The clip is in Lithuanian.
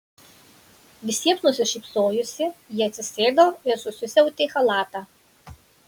visiems nusišypsojusi ji atsisėdo ir susisiautę chalatą